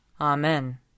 Amen